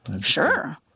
Sure